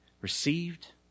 received